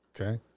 Okay